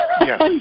Yes